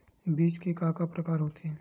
बीज के का का प्रकार होथे?